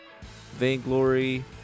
Vainglory